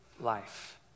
life